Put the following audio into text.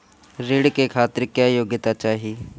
ऋण के खातिर क्या योग्यता चाहीं?